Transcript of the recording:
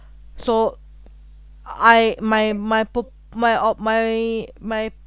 so I my my po~ my ou~ my my